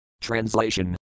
Translation